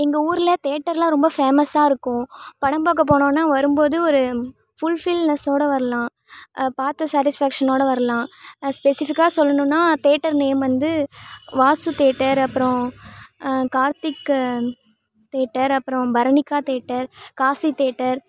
எங்கள் ஊரில் தேட்டர்லாம் ரொம்ப ஃபேமஸ்ஸாக இருக்கும் படம் பார்க்க போனோன்னால் வரும் போது ஒரு ஃபுல்ஃபில்னஸ்ஸோடு வரலாம் பார்த்த சேட்டிஸ்ஃபெக்ஷனோடு வரலாம் ஸ்பெசிஃபிக்காக சொல்லணுன்னால் தேட்டர் நேம் வந்து வாசு தேட்டர் அப்பறம் கார்த்திக்கு தேட்டர் அப்பறம் பரணிக்கா காசி